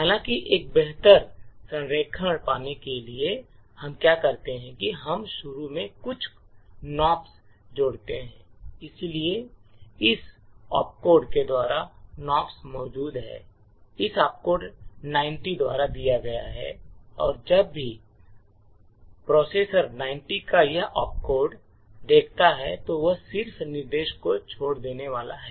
हालाँकि एक बेहतर संरेखण पाने के लिए हम क्या करते हैं हम शुरू में कुछ nops जोड़ते हैं इसलिए इस opcode के द्वारा nops मौजूद है इस opcode 90 द्वारा दिया गया है और जब भी प्प्रोसेसर 90 का यह opcode देखता है तो यह सिर्फ निर्देश को छोड़ देने वाला है